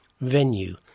Venue